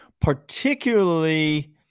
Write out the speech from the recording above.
particularly